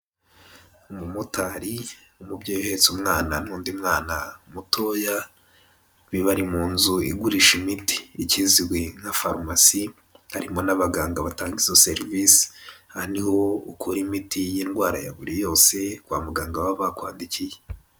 Umumotari umubyeyi uhetse umwana n'undi mwana mutoya bari mu nzu igurisha imiti ikizwi nka farumasi, harimo n'abaganga batanga izo serivisi aha niho ukura imiti y'indwara ya buri yose kwa muganga baba bakwandikiye.